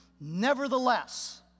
nevertheless